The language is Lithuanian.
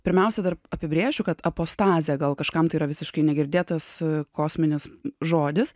pirmiausia dar apibrėšiu kad apostazė gal kažkam tai yra visiškai negirdėtas kosminis žodis